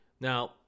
Now